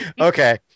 Okay